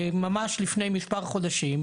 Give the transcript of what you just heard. ממש לפני מספר חודשים,